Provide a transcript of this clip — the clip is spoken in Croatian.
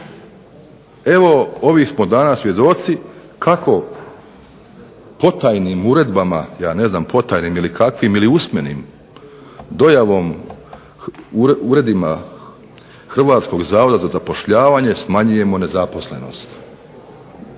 Evo ovih smo dana svjedoci kako potajnim uredbama, ja ne znam potajnim ili kakvim ili usmenim dojavom uredima Hrvatskog zavoda za zapošljavanje smanjujemo nezaposlenost.